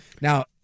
Now